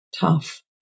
tough